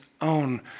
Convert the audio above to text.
own